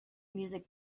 music